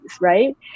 right